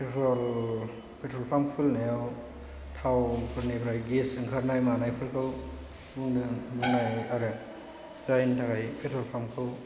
petrol pump खुलिनायाव थावफोरनिफ्राय gas ओंखारनाय मानायफोरखौ बुङो आरो जायनि थाखाय पेट्रल पाम्पखौ